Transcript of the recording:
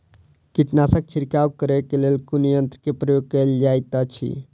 कीटनासक छिड़काव करे केँ लेल कुन यंत्र केँ प्रयोग कैल जाइत अछि?